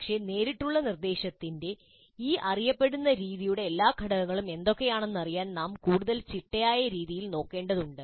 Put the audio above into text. പക്ഷേ നേരിട്ടുള്ള നിർദ്ദേശത്തിന്റെ ഈ അറിയപ്പെടുന്ന രീതിയുടെ എല്ലാ ഘടകങ്ങളും എന്തൊക്കെയാണെന്ന് അറിയാ൯ നാം കൂടുതൽ ചിട്ടയായ രീതിയിൽ നോക്കേണ്ടതുണ്ട്